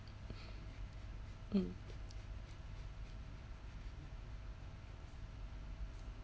mm